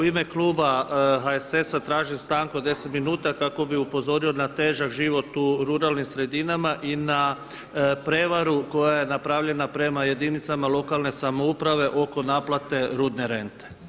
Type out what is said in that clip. U ime kluba HSS-a tražim stanku od 10 minuta kako bi upozorio na težak život u ruralnim sredinama i na prevaru koja je napravljena prema jedinicama lokalne samouprave oko naplate rudne rente.